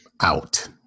Out